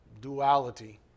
duality